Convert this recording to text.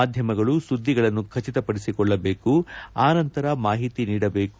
ಮಾಧ್ಯಮಗಳು ಸುದ್ದಿಗಳನ್ನು ಖಚಿತಪಡಿಸಿಕೊಳ್ಳಬೇಕು ಆನಂತರ ಮಾಹಿತಿ ನೀಡಬೇಕು